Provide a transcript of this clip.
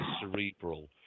cerebral